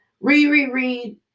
re-read